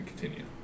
continue